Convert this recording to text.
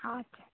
আচ্ছা